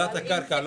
מכירת הקרקע.